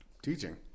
Teaching